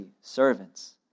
servants